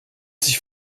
sich